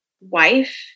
wife